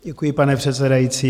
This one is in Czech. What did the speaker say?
Děkuji, pane předsedající.